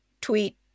tweet